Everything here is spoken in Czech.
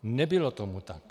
Nebylo tomu tak.